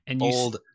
old